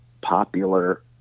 popular